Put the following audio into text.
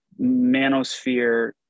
manosphere